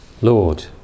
Lord